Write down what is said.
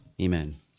Amen